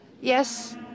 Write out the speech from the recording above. Yes